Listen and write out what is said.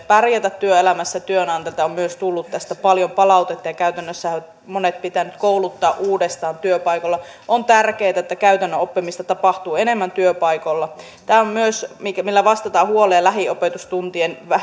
pärjätä työelämässä työnantajilta on myös tullut tästä paljon palautetta ja käytännössä monet on pitänyt kouluttaa uudestaan työpaikoilla on tärkeätä että käytännön oppimista tapahtuu enemmän työpaikoilla tämä on myös se millä vastataan huoleen lähiopetustuntien